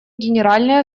генеральной